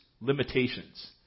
limitations